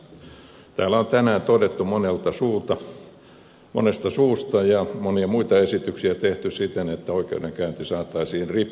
täällä on tänään todettu monesta suusta ja monia muita esityksiä on tehty siten että oikeudenkäynti saataisiin ripeämmäksi